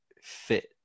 fit